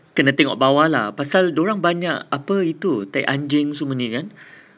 kena tengok bawah lah pasal dorang banyak apa itu taik anjing semua ni kan